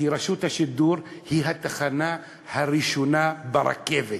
כי רשות השידור היא התחנה הראשונה ברכבת,